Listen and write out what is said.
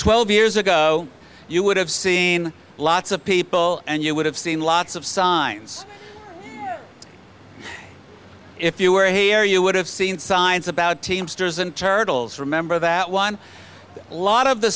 twelve years ago you would have seen lots of people and you would have seen lots of signs if you were here you would have seen signs about teamsters and turtles remember that one lot of the